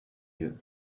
you